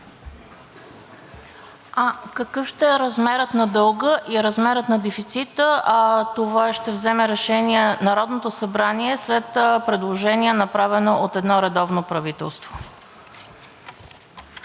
Какъв ще е размерът на дълга и размерът на дефицита, това ще вземе решение Народното събрание след предложение, направено от едно редовно правителство.